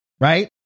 right